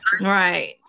Right